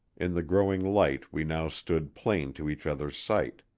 in the growing light we now stood plain to each other's sight.